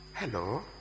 Hello